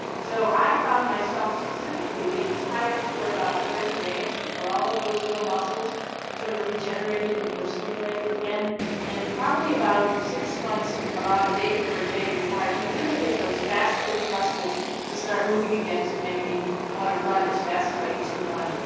so i found myself specifically being tired for about thirty days before all of those little muscles sort of regenerated and were stimulated again and probably about six months about a day for a day before i could really get those fast twitch muscles to start moving again, to make me wanna run as fast as i used to run.